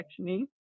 sectioning